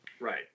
Right